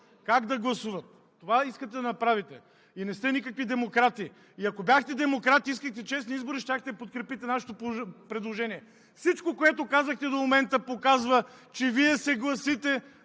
за България“.) Това искате да направите. И не сте никакви демократи! И ако бяхте демократи и искахте честни избори, щяхте да подкрепите нашето предложение. Всичко, което казахте до момента, показва, че Вие се гласите